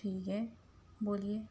ٹھیک ہے بولیے